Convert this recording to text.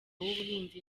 w’ubuhinzi